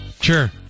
Sure